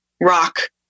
rock